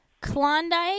Klondike